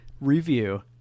review